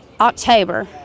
october